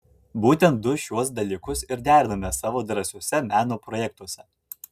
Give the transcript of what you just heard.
būtent du šiuos dalykus ir deriname savo drąsiuose meno projektuose